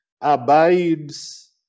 abides